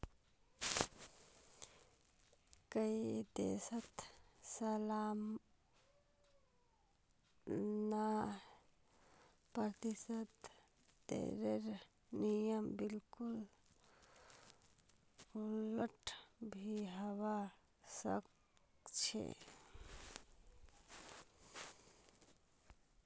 कई देशत सालाना प्रतिशत दरेर नियम बिल्कुल उलट भी हवा सक छे